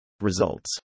results